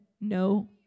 no